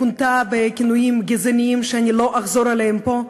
כונתה בכינויים גזעניים שאני לא אחזור עליהם פה,